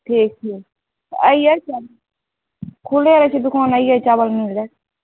ठीक छै तऽ अइए खुल्ले रहैत छै दुकान अइए चाबल मिल जाएत